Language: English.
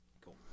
Cool